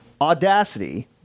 audacity